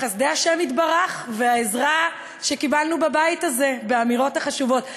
בחסדי השם יתברך והעזרה שקיבלנו בבית הזה באמירות החשובות.